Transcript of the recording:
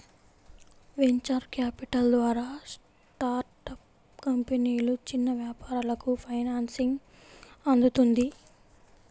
venture capital ద్వారా startup కంపెనీలు, చిన్న వ్యాపారాలకు ఫైనాన్సింగ్ అందుతుంది